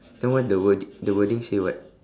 then what the word~ the wording say what